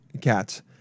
cats